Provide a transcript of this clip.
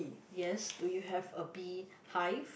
yes do you have a bee hive